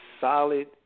solid